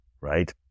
right